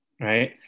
right